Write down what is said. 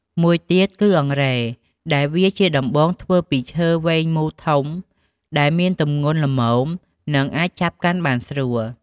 មួយទៀតគឺអង្រែ ដែលវាជាដំបងធ្វើពីឈើវែងមូលធំ ដែលមានទម្ងន់ល្មម និងអាចចាប់កាន់បានស្រួល។